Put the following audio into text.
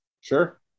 Sure